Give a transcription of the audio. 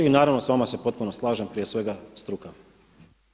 I naravno s vama se potpuno slažem, prije svega struka.